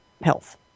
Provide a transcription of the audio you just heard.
health